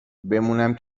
بمونم